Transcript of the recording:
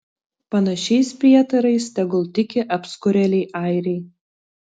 panašiais prietarais tegul tiki apskurėliai airiai